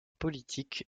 politique